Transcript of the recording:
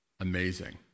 Amazing